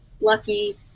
Lucky